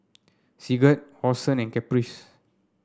Sigurd Orson Caprice